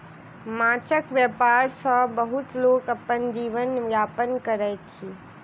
माँछक व्यापार सॅ बहुत लोक अपन जीवन यापन करैत अछि